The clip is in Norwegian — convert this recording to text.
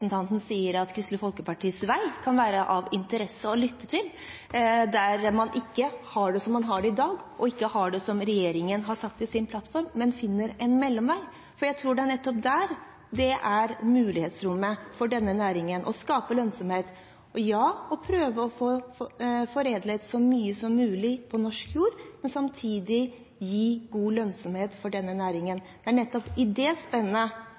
SV-representanten sier at Kristelig Folkepartis vei kan en ha interesse av å lytte til – der man ikke har det slik man har det i dag, og ikke har det som regjeringen har sagt i sin plattform, men finner en mellomvei. Jeg tror det er nettopp der mulighetsrommet for denne næringen til å skape lønnsomhet, er, og å prøve å få foredlet så mye som mulig på norsk jord, men samtidig gi god lønnsomhet for denne